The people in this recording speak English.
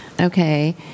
okay